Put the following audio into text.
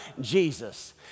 Jesus